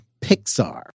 Pixar